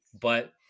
but-